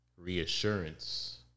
reassurance